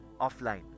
Offline